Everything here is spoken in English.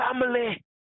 family